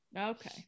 Okay